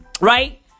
right